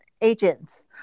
agents